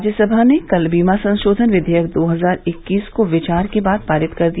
राज्यसभा ने कल बीमा संसोधन विधेयक दो हजार इक्कीस को विचार के बाद पारित कर दिया